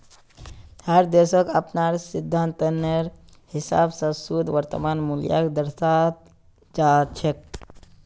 हर देशक अपनार सिद्धान्तेर हिसाब स शुद्ध वर्तमान मूल्यक दर्शाल जा छेक